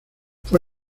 fue